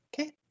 Okay